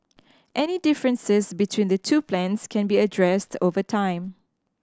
any differences between the two plans can be addressed over time